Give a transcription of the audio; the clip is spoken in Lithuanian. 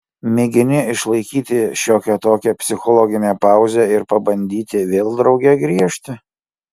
mėgini išlaikyti šiokią tokią psichologinę pauzę ir pabandyti vėl drauge griežti